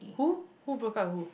who who broke up with who